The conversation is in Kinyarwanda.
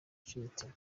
cy’umutima